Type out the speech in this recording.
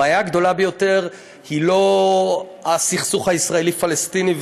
הבעיה הגדולה ביותר היא לא הסכסוך הישראלי פלסטיני,